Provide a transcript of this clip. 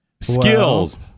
Skills